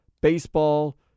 baseball